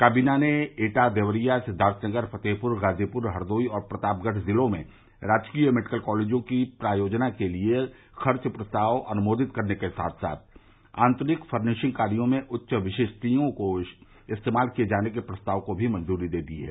काबीना ने एटा देवरिया सिद्दार्थनगर फतेहपुर गाजीपुर हरदोई और प्रतापगढ़ जिलों में राजकीय मेडिकल कॉलेजों की प्रायोजना के लिए खर्च प्रस्ताव अनुमोदित करने के साथ साथ आंतरिक फर्निशिंग कार्यो में उच्च विशिष्टियों को इस्तेमाल किये जाने के प्रस्तावों को भी मंजूरी दे दी है